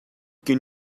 can